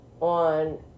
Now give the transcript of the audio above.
on